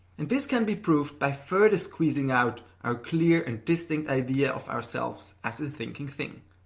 and this can be proved by further squeezing out our clear and distinct idea of ourselves as a thinking thing.